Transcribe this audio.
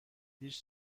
هیچ